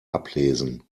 ablesen